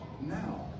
now